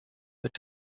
wird